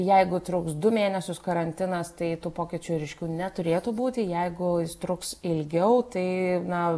jeigu truks du mėnesius karantinas tai tų pokyčių ryškių neturėtų būti jeigu jis truks ilgiau tai na